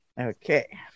Okay